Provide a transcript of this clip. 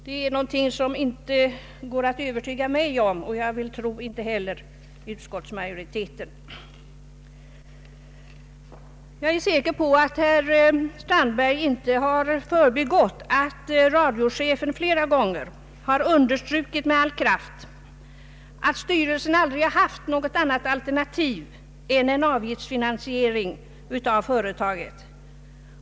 Det går inte att övertyga mig om fördelen med tillkomsten av ett önskat oberoende radio-TV-företag vid sidan om Sveriges Radio, och jag skulle tro inte heller utskottsmajoriteten. Det har säkerligen inte förbigått herr Strandberg att radiochefen flera gånger med all kraft understrukit, att styrelsen för Sveriges Radio aldrig har haft något annat alternativ än en avgiftsfinansiering av företaget.